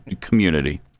community